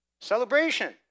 Celebration